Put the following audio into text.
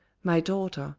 my daughter,